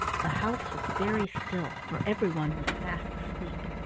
the house was very still, for everyone was fast asleep.